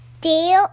Deal